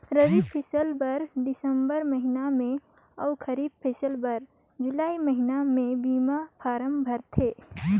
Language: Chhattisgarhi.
रबी फसिल बर दिसंबर महिना में अउ खरीब फसिल बर जुलाई महिना में बीमा फारम भराथे